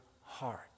heart